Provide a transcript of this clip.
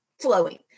flowing